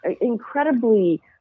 incredibly